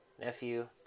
nephew